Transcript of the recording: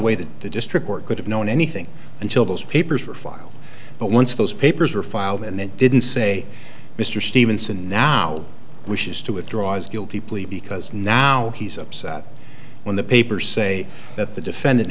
way that the district court could have known anything until those papers were filed but once those papers were filed and they didn't say mr stevenson now wishes to it draws guilty plea because now he's upset when the papers say that the defendant